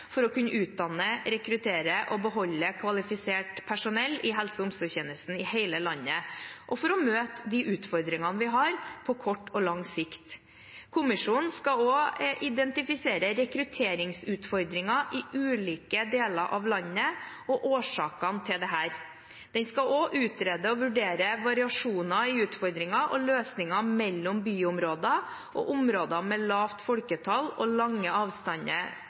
for å utdanne, rekruttere og beholde kvalifisert personell i helse og omsorgstjenesten i hele landet – for å møte de utfordringene vi har på kort og lang sikt. Kommisjonen skal også identifisere rekrutteringsutfordringer i ulike deler av landet og årsakene til dette. Den skal også utrede og vurdere variasjoner i utfordringer og løsninger mellom byområder og områder med lavt folketall og lange avstander